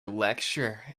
lecture